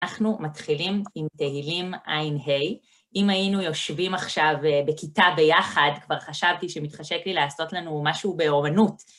אנחנו מתחילים עם תהילים ע' ה', אם היינו יושבים עכשיו בכיתה ביחד כבר חשבתי שמתחשק לי לעשות לנו משהו באומנות.